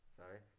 sorry